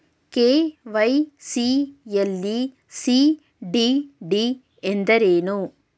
KYC ಯಲ್ಲಿ CDD ಎಂದರೇನು?